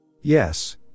Yes